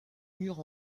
murs